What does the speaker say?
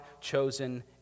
chosen